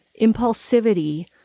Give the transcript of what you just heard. impulsivity